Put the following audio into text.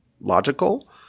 logical